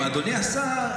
אדוני השר,